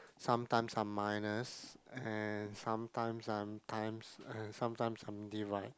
sometimes some minus and sometimes sometimes and sometimes some divide